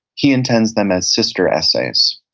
he intends them as sister essays.